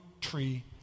tree